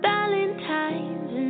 Valentine's